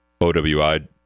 OWI